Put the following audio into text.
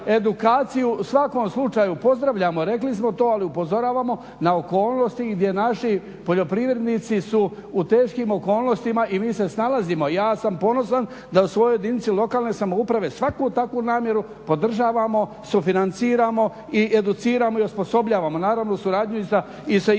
u svakom slučaju pozdravljamo, rekli smo to, ali upozoravamo na okolnosti gdje naši poljoprivrednici su u teškim okolnostima i mi se snalazimo. Ja sam ponosan da u svojoj jedinici lokalne samouprave svaku takvu namjeru podržavamo, sufinanciramo i educiramo i osposobljavamo, naravno u suradnji i sa fakultetima.